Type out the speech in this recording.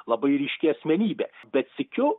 labai ryški asmenybė bet sykiu